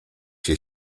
się